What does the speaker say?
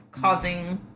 causing